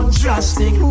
drastic